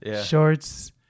shorts